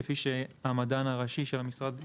כפי שהמדען הראשי של המשרד ציין,